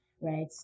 right